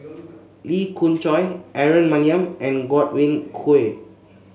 Lee Khoon Choy Aaron Maniam and Godwin Koay